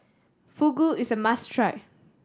fugu is a must try